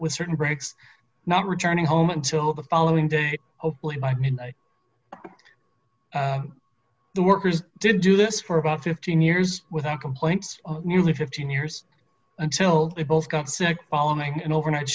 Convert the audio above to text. with certain breaks not returning home until the following day hopefully by midnight the workers did do this for about fifteen years without complaints nearly fifteen years until they both got sick following an overnight